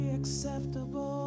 acceptable